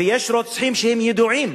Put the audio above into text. ויש רוצחים שהם ידועים,